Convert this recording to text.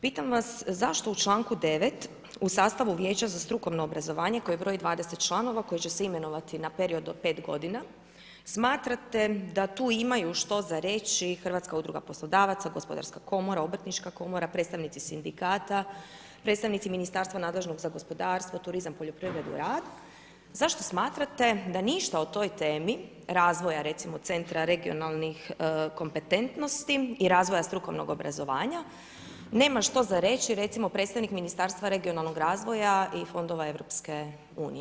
Pitam vas zašto u članku 9 u sastavu Vijeća za strukovno obrazovanje koje broji 20 članova koji će se imenovati na period do 5 godina smatrate da tu imaju što za reći Hrvatska udruga poslodavaca, Gospodarska komora, Obrtnička komora, predstavnici sindikata, predstavnici Ministarstva nadležnog za gospodarstvo, turizam, poljoprivredu i rad, zašto smatrate da ništa o toj temi razvoja recimo centra, regionalnih kompetentnosti i razvoja strukovnog obrazovanja nema što za reći recimo predstavnik Ministarstva regionalnog razvoja i fondova EU?